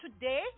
today